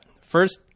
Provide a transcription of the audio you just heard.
First